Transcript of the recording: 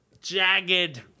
jagged